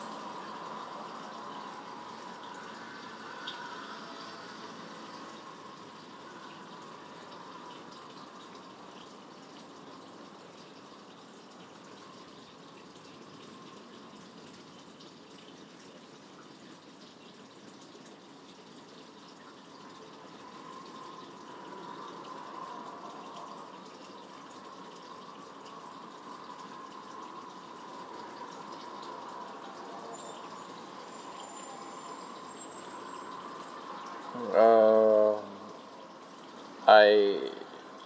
uh I